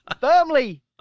firmly